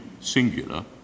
singular